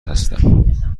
هستم